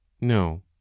no